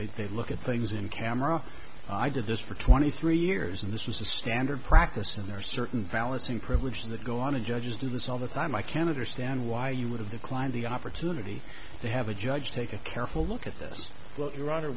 they they look at things in camera i did this for twenty three years and this was a standard practice and there are certain balancing privileges that go on and judges do this all the time i can't understand why you would have declined the opportunity to have a judge take a careful look at th